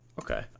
Okay